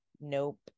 nope